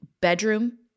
bedroom